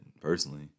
personally